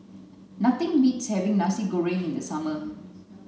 nothing beats having Nasi Goreng in the summer